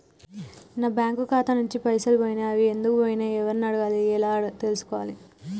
నా బ్యాంకు ఖాతా నుంచి పైసలు పోయినయ్ అవి ఎందుకు పోయినయ్ ఎవరిని అడగాలి ఎలా తెలుసుకోవాలి?